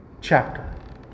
chapter